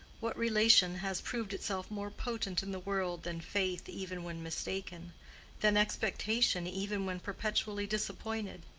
what relation has proved itself more potent in the world than faith even when mistaken than expectation even when perpetually disappointed?